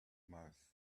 mouth